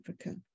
Africa